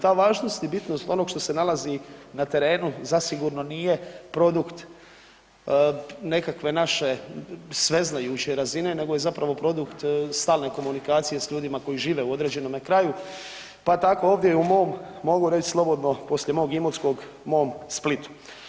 Ta važnost i bitnost onog što se nalazi na terenu zasigurno nije produkt nekakve naše sveznajuće razine nego je zapravo produkt stalne komunikacije s ljudima koji žive u određenome kraju, pa tako ovdje i u mom, mogu reć slobodno, poslije mog Imotskog, mom Splitu.